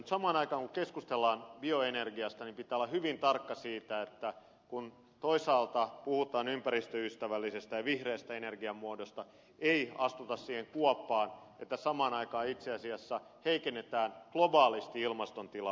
mutta kun keskustellaan bioenergiasta pitää olla hyvin tarkka siitä että kun toisaalta puhutaan ympäristöystävällisestä ja vihreästä energiamuodosta ei astuta siihen kuoppaan että samaan aikaan itse asiassa heikennetään globaalisti ilmaston tilaa